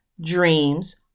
dreams